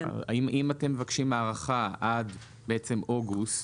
אם אתם מבקשים הארכה עד אוגוסט,